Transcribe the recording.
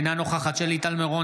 אינה נוכחת שלי טל מירון,